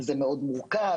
זה מאוד מורכב,